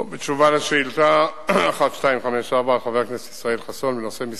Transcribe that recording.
מדובר על